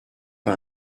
pas